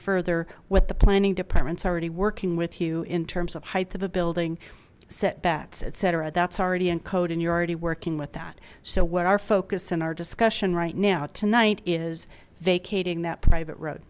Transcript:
further with the planning to parents already working with you in terms of height of the building setbacks et cetera that's already in code and you're already working with that so what our focus in our discussion right now tonight is vacating that private road